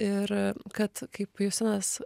ir kad kaip justinas